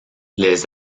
les